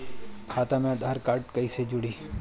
खाता मे आधार कार्ड कईसे जुड़ि?